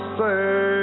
say